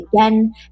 again